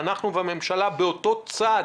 ואנחנו והממשלה באותו צד